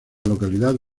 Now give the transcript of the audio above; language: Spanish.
localidad